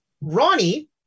Ronnie